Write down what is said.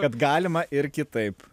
kad galima ir kitaip